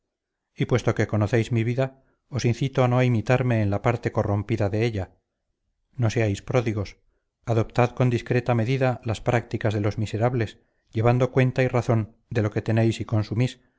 y puesto que conocéis mi vida os incito a no imitarme en la parte corrompida de ella no seáis pródigos adoptad con discreta medida las prácticas de los miserables llevando cuenta y razón de lo que tenéis y consumís